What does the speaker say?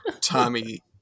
tommy